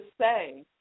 say